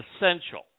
essential